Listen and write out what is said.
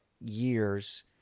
years